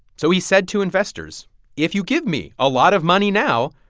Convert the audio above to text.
so he said to investors if you give me a lot of money now,